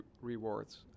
rewards